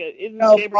No